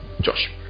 Josh